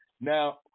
Now